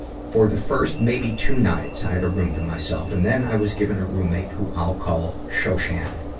for the first maybe two nights, i had a room to myself. and then i was given a roommate who i'll call shoshan.